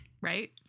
right